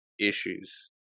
issues